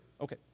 okay